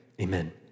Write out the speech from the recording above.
amen